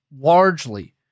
largely